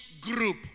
group